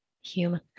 human